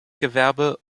gewerbe